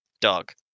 dog